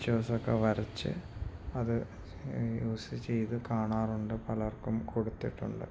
pictures ഒക്കെ വരച്ച് അത് യൂസ് ചെയ്ത് കാണാറുണ്ട് പലർക്കും കൊടുത്തിട്ടുണ്ട്